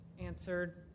answered